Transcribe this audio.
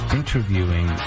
interviewing